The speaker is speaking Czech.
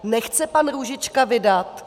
Nechce pan Růžička vydat?